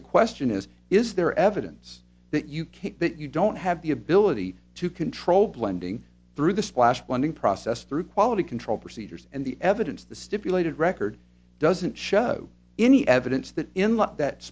the question is is there evidence that you can't that you don't have the ability to control blending through the splash blending process through quality control procedures and the evidence of the stipulated record doesn't show any evidence that